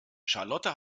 charlotte